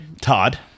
Todd